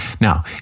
Now